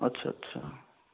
আচ্ছা আচ্ছা